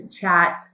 chat